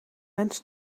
lens